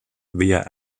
via